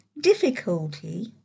difficulty